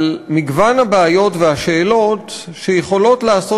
על מגוון הבעיות והשאלות שיכולות לעשות